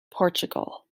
portugal